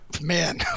man